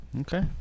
Okay